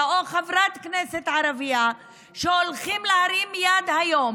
או חברת כנסת ערבייה שהולכים להרים יד היום